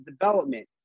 development